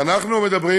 ואנחנו מדברים,